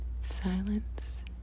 silence